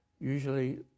usually